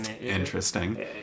Interesting